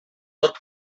tot